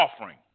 offering